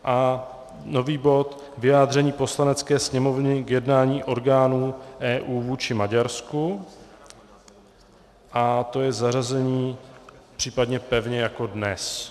A nový bod, vyjádření Poslanecké sněmovny k jednání orgánů EU vůči Maďarsku, a to je zařazení případně pevně dnes.